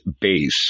base